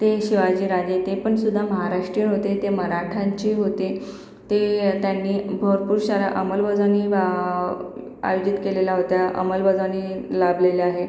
ते शिवाजीराजे ते पण सुद्धा महाराष्ट्रीयन होते ते मराठ्यांचे होते ते त्यांनी भरपूरशा अंमलबजावणी आयोजित केलेल्या होत्या अंमलबजावणी लाभलेल्या आहे